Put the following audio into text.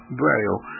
braille